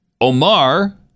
Omar